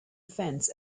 fence